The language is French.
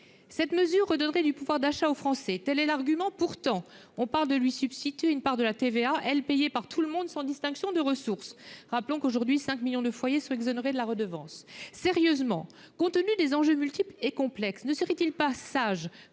Cette mesure redonnerait du pouvoir d'achat aux Français : tel est l'argument. Pourtant, il est question de substituer à la redevance une part de la TVA, laquelle est payée par tout le monde, sans distinction de ressources. Rappelons qu'aujourd'hui 5 millions de foyers sont exonérés de la redevance. Compte tenu des enjeux multiples et complexes, ne serait-il pas sage,